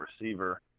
receiver